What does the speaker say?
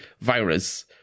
virus